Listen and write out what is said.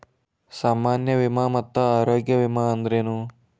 ಸಾಮಾನ್ಯ ವಿಮಾ ಮತ್ತ ಆರೋಗ್ಯ ವಿಮಾ ಅಂದ್ರೇನು?